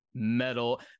metal